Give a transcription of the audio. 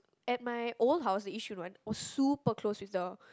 at my old house the Yishun one were super close with the